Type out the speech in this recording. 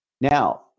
Now